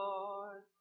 Lord